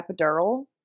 epidural